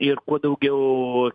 ir kuo daugiau